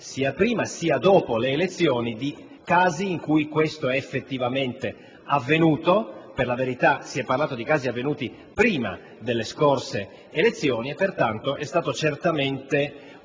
sia prima sia dopo le elezioni, di casi in cui questo è effettivamente avvenuto (per la verità si è parlato di casi avvenuti prima delle scorse elezioni) e pertanto è stato certamente un atto